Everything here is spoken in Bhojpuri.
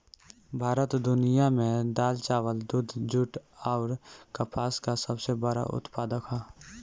भारत दुनिया में दाल चावल दूध जूट आउर कपास का सबसे बड़ा उत्पादक ह